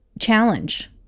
challenge